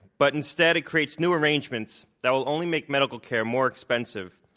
but instead it creates new arrangements that will only make medical care more expensive.